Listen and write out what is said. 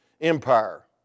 Empire